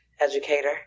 educator